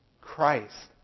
Christ